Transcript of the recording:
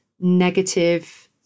negative